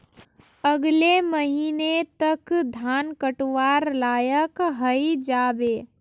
अगले महीने तक धान कटवार लायक हई जा बे